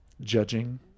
Judging